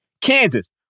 Kansas